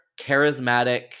charismatic